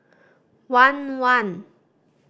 one one